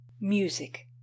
Music